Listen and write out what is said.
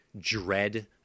Dread